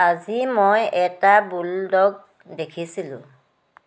আজি মই এটা বুলডগ দেখিছিলোঁ